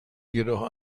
jedoch